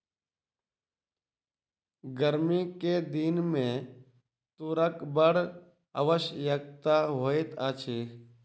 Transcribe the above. गर्मी के दिन में तूरक बड़ आवश्यकता होइत अछि